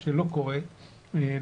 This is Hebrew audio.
מה שלא קורה לצערי,